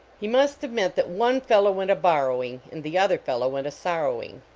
he must have meant that one fellow went a borrowing and the other fellow went a sorrowing.